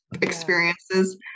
experiences